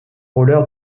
roller